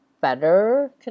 better